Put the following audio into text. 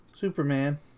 Superman